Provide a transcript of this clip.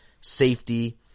safety